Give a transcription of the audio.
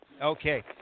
Okay